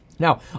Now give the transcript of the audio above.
Now